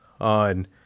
on